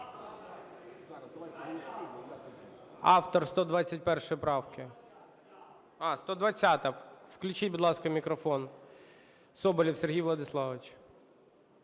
Автор 121 правки. А, 120-а. Включіть, будь ласка, мікрофон – Соболєв Сергій Владиславович.